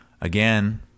again